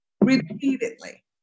repeatedly